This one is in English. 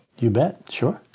you bet. sure.